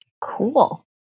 Cool